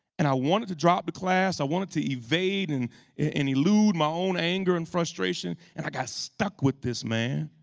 and i wanted to drop the class. i wanted to evade and elude my own anger and frustration. and i got stuck with this man.